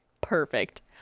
perfect